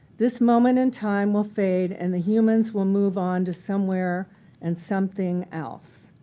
this moment in time will fade and the humans will move on to somewhere and something else.